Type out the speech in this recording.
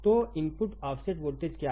तो input offset voltage क्या है